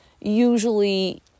usually